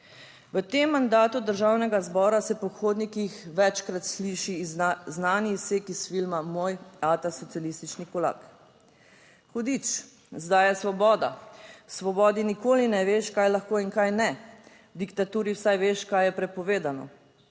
V tem mandatu Državnega zbora se po hodnikih večkrat sliši znani izsek iz filma Moj ata socialistični kulak. Hudič, zdaj je svoboda, svobodi nikoli ne veš, kaj lahko in kaj ne, diktaturi vsaj veš kaj je prepovedano,